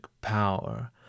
power